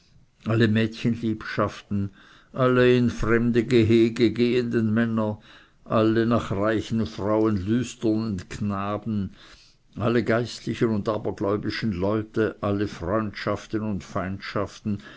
alle mädchen liebschaften alle in fremde gehege gehenden männer alle nach reichen frauen lüsternen knaben alle geistlichen alle abergläubischen leute alle freundschaften und feindschaften